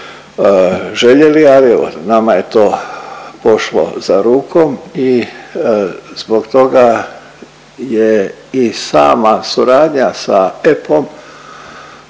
željeli ali evo nama je to pošlo za rukom i zbog toga je i sama suradnja sa EPPO-om